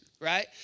right